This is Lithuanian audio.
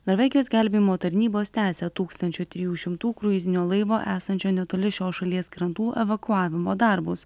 norvegijos gelbėjimo tarnybos tęsia tūkstančio trijų šimtų kruizinio laivo esančio netoli šios šalies krantų evakuavimo darbus